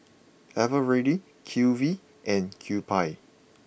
Eveready Q V and Kewpie